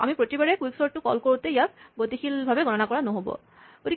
আমি প্ৰতিবাৰে কুইকচৰ্ট টো কল কৰোতে ইয়াক গতিশীলভাৱে গণনা কৰা নহ'ব